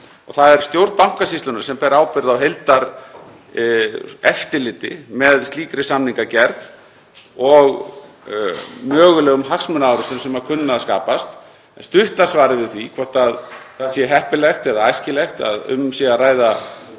Það er stjórn Bankasýslunnar sem ber ábyrgð á heildareftirliti með slíkri samningagerð og mögulegum hagsmunaárekstrum sem kunna að skapast. Stutta svarið mitt við því hvort það sé heppilegt eða æskilegt að um sé að ræða